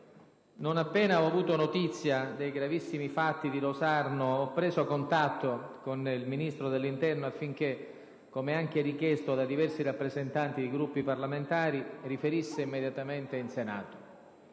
non appena ho avuto notizia dei gravissimi fatti di Rosarno ho preso contatto con il Ministro dell'interno affinché, come richiesto anche da diversi rappresentanti di Gruppi parlamentari, riferisse immediatamente in Senato.